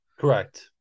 Correct